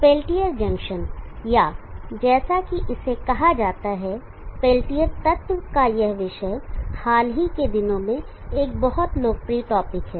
Peltier junction या जैसा कि इसे कहा जाता हैपेल्टियर तत्व का यह विषय हाल ही के दिनों में एक बहुत लोकप्रिय टॉपिक है